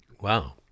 wow